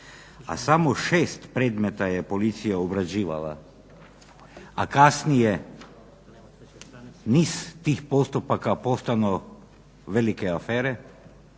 a samo 6 predmeta je policija obrađivala, a kasnije niz tih postupaka postanu velike afere,